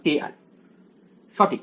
সঠিক